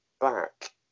back